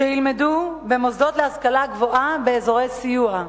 שילמדו במוסדות להשכלה גבוהה באזורי סיוע.